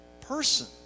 person